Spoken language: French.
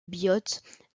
biot